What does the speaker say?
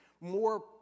more